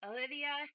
Olivia